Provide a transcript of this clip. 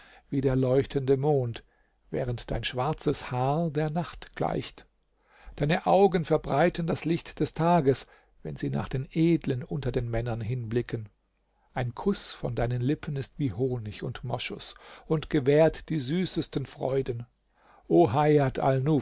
wie der leuchtende mond während dein schwarzes haar der nacht gleicht deine augen verbreiten das licht des tages wenn sie nach den edlen unter den männern hinblicken ein kuß von deinen lippen ist wie honig und moschus und gewährt die süßesten freuden o hajat